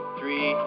three